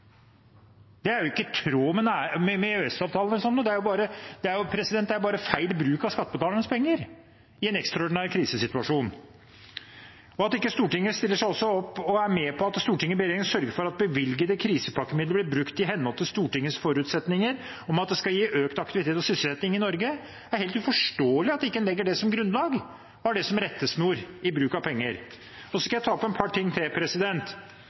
Det er jo ikke i tråd med EØS-avtalen eller noe sånt, det er bare feil bruk av skattebetalernes penger i en ekstraordinær krisesituasjon. At ikke Stortinget også stiller seg opp og er med på at Stortinget og regjeringen sørger for at bevilgede krisepakkemidler blir brukt i henhold til Stortingets forutsetninger om at det skal gi økt aktivitet og sysselsetting i Norge, er helt uforståelig – det at man ikke legger det som grunnlag og har det som rettesnor i bruk av penger. Og så skal jeg ta opp et par ting til.